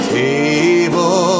table